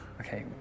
Okay